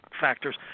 factors